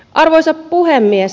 arvoisa puhemies